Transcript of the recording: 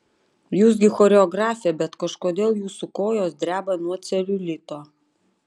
jūs gi choreografė bet kažkodėl jūsų kojos dreba nuo celiulito